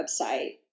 website